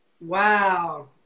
Wow